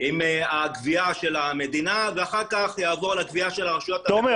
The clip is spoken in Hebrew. עם הגבייה של המדינה ואחר כך יעבור לגבייה של הרשויות המקומיות,